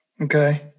Okay